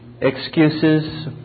excuses